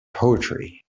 poetry